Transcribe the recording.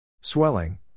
Swelling